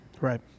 Right